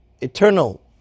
eternal